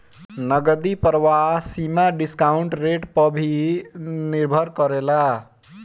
नगदी प्रवाह सीमा डिस्काउंट रेट पअ भी निर्भर करेला